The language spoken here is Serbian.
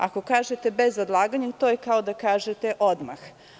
Ako kažete bez odlaganja, to je kao da kažete odmah.